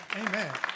Amen